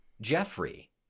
jeffrey